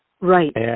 Right